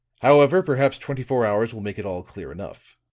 however, perhaps twenty-four hours will make it all clear enough.